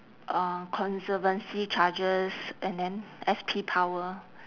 uh conservancy charges and then S_P power